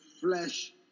flesh